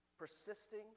persisting